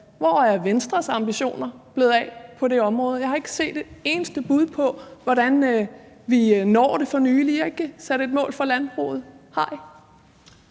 Hvor er Venstres ambitioner blevet af på det område? Jeg har ikke for nylig set et eneste bud på, hvordan vi når det. I har ikke sat et mål for landbruget,